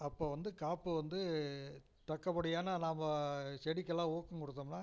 அப்போ வந்து காப்பு வந்து தக்கபடியான நாம் செடிக்கெல்லாம் ஊக்கம் கொடுத்தோம்னா